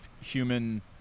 human